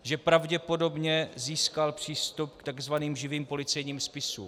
Že pravděpodobně získal přístup k tzv. živým policejním spisům.